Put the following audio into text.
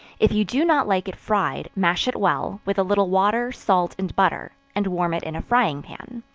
if you do not like it fried, mash it well, with a little water, salt, and butter, and warm it in a frying-pan.